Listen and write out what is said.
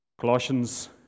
Colossians